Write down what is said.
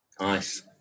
Nice